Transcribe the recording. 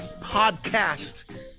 Podcast